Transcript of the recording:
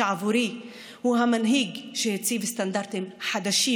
שעבורי הוא המנהיג שהציב סטנדרטים חדשים